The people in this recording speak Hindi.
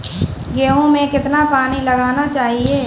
गेहूँ में कितना पानी लगाना चाहिए?